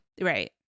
Right